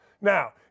Now